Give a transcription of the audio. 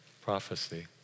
prophecy